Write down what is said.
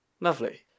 Lovely